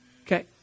okay